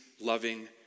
loving